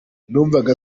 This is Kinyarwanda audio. numvaga